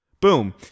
Boom